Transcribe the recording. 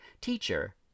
teacher